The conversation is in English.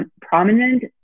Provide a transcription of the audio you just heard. prominent